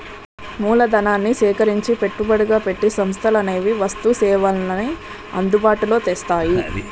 మూలధనాన్ని సేకరించి పెట్టుబడిగా పెట్టి సంస్థలనేవి వస్తు సేవల్ని అందుబాటులో తెస్తాయి